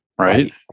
Right